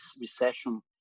recession